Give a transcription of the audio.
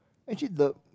actually the